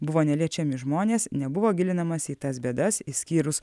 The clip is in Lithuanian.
buvo neliečiami žmonės nebuvo gilinamasi į tas bėdas išskyrus